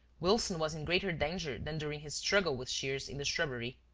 wilson was in greater danger than during his struggle with shears in the shrubbery.